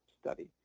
study